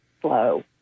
slow